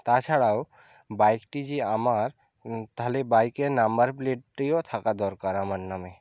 তাছাড়াও বাইকটি যে আমার তাহলে বাইকের নাম্বার প্লেটটিও থাকা দরকার আমার নামে